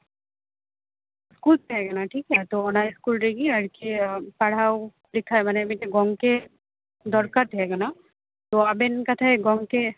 school ᱛᱟᱦᱮᱸᱠᱟᱱᱟ ᱴᱷᱤᱠᱜᱮᱭᱟ ᱛᱚ ᱚᱱᱟ ᱤᱥᱠᱩᱞ ᱨᱮᱜᱮ ᱟᱨᱠᱤ ᱯᱟᱲᱦᱟᱣ ᱞᱮᱠᱷᱟᱱ ᱢᱤᱫᱴᱮᱱ ᱜᱚᱝᱠᱮ ᱫᱚᱨᱠᱟᱨ ᱛᱮᱦᱮᱸᱠᱟᱱᱟ ᱛᱚ ᱟᱵᱮᱱ ᱠᱟᱛᱷᱟᱭ ᱜᱚᱝᱠᱮ